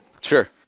Sure